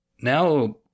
Now